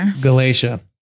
Galatia